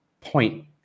point